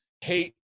hate